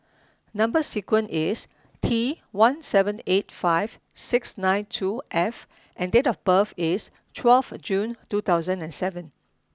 number sequence is T one seven eight five six nine two F and date of birth is twelfth June two thousand and seven